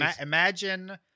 imagine